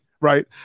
Right